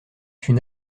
une